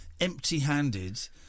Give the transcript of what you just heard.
empty-handed